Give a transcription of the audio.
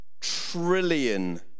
trillion